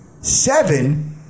seven